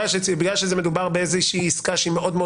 בגלל שמדובר באיזושהי עסקה שהיא מאוד מאוד